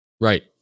right